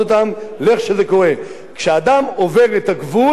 כשאדם עובר את הגבול, זו עבירה פלילית.